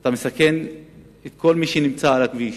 אתה מסכן את כל מי שנמצא על הכביש.